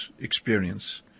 experience